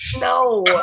no